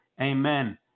Amen